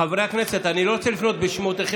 חברי הכנסת, אני לא רוצה לנקוב בשמותיכם.